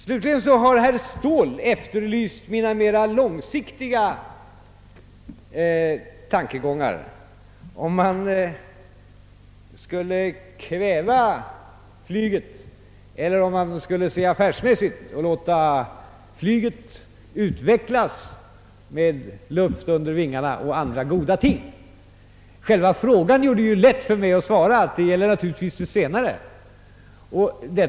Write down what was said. Slutligen har herr Ståhl efterlyst mina mera långsiktiga tankegångar om huruvida man skall kväva flyget eller om man skall se affärsmässigt på det och låta det utvecklas med luft under vingarna och andra goda ting. Själva frågan gör det lätt för mig att svara, att naturligtvis gäller det senare alternativet.